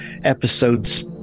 episodes